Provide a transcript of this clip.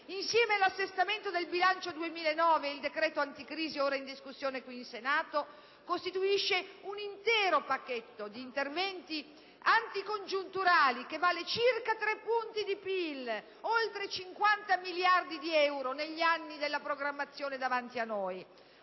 insieme all'assestamento del bilancio 2009 e al decreto-legge anticrisi ora in discussione qui in Senato, costituiscono un intero pacchetto di interventi anticongiunturali che vale circa 3 punti di PIL, oltre 50 miliardi di euro negli anni della programmazione davanti a noi.